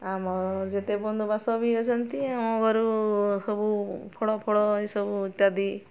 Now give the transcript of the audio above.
ଆମ ଯେତେ ବନ୍ଧୁବାନ୍ଧବ ବି ଅଛନ୍ତି ଆମ ଘରୁ ସବୁ ଫଳ ଫଳ ଏସବୁ ଇତ୍ୟାଦି